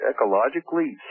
ecologically